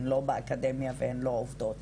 הן לא באקדמיה והן לא עובדות,